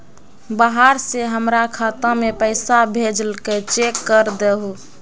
बाहर से हमरा खाता में पैसा भेजलके चेक कर दहु?